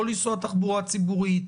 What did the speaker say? לא לנסוע בתחבורה ציבורית,